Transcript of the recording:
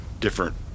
different